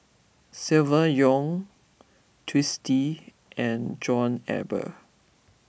Silvia Yong Twisstii and John Eber